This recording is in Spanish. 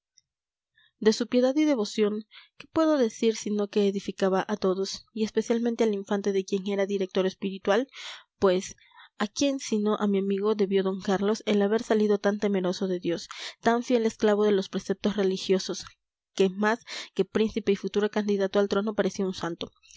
de su piedad y devoción qué puedo decir sino que edificaba a todos y especialmente al infante de quien era director espiritual pues a quién sino a mi amigo debió d carlos el haber salido tan temeroso de dios tan fiel esclavo de los preceptos religiosos que más que príncipe y futuro candidato al trono parecía un santo